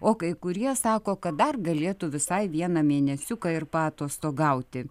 o kai kurie sako kad dar galėtų visai vieną mėnesiuką ir paatostogauti